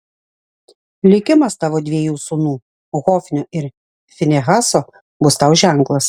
likimas tavo dviejų sūnų hofnio ir finehaso bus tau ženklas